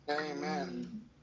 Amen